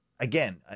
Again